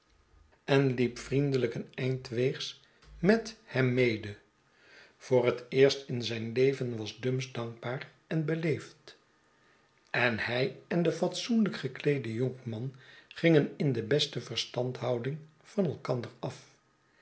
en liep vriendelijk een eind weegs met hem mede voor het eerst in zijn leven was dumps dankbaar en beleefd en hy en de fatsoenlijk gekleede jonkman gingen in de beste verstandhouding van elkander af